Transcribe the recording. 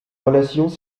relations